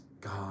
God